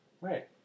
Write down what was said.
Right